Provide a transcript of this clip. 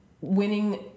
Winning